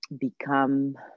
become